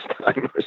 time